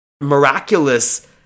miraculous